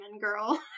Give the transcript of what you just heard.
girl